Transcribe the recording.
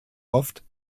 oft